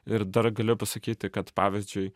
ir dar galiu pasakyti kad pavyzdžiui